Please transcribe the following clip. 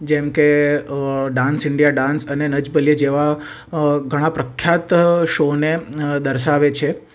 જેમ કે dance India dance અને નચ બલીએ જેવા ઘણા પ્રખ્યાત શૉને દર્શાવે છે